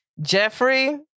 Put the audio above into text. Jeffrey